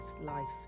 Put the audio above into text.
life